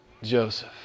Joseph